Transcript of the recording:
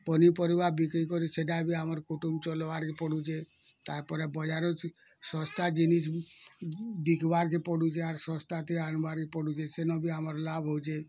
ପନି ପରିବା ବିକି କରି ସେଇଟା ବି ଆମର କୁଟୁମ୍ ଚଲ୍ବାର୍ କେ ପଡୁଛେ ବଜାର ଶସ୍ତା ଜିନିଷ୍ ବିକିବାର୍କେ ପଡ଼ୁଛେ ଆର ଶସ୍ତାକେ ଆଣିବାର୍ ପଡ଼ୁଛେ ସେନ ବି ଆମର୍ ଲାଭ୍ ହଉଛେ